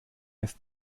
ist